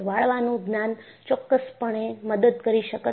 વાળવાનું જ્ઞાનએ ચોક્કસપણે મદદ કરી શકત